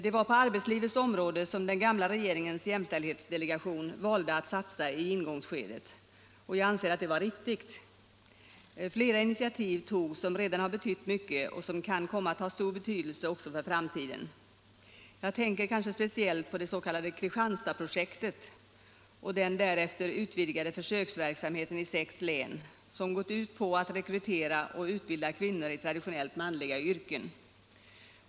Det var på arbetslivets område som den gamla regeringens jämställdhetsdelegation valde att satsa i ingångsskedet, och enligt min mening var det riktigt. Flera initiativ togs som redan har betytt mycket och som kan komma att ha stor betydelse också för framtiden. Jag tänker speciellt på det s.k. Kristianstadsprojektet och den därefter utvidgade försöksverksamheten i sex län som gått ut på att rekrytera och utbilda kvinnor i traditionellt manliga yrken.